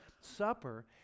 Supper